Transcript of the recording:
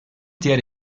diğer